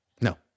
no